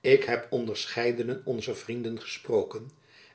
ik heb onderscheidenen onzer vrienden gesproken